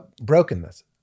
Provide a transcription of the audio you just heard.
brokenness